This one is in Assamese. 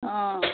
অঁ